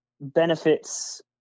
benefits